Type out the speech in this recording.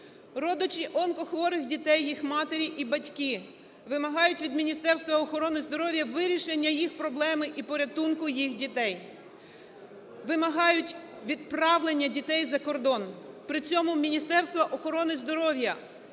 Родичі онкохворих дітей, їх матері і батьки вимагають від Міністерства охорони здоров'я вирішення їх проблеми і порятунку їх дітей, вимагають відправлення дітей за кордон. При цьому Міністерство охорони здоров'я